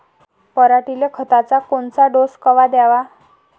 पऱ्हाटीले खताचा कोनचा डोस कवा द्याव?